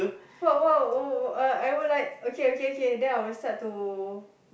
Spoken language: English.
what what what uh I will like okay okay okay then I would start to